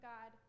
God